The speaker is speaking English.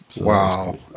wow